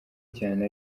cyane